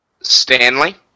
Stanley